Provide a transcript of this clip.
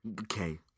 Okay